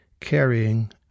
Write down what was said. carrying